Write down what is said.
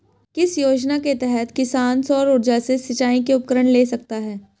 किस योजना के तहत किसान सौर ऊर्जा से सिंचाई के उपकरण ले सकता है?